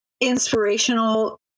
inspirational